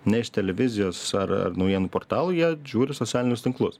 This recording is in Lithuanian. ne iš televizijos ar ar naujienų portalų jie žiūri socialinius tinklus